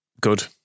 Good